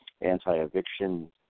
anti-eviction